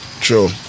True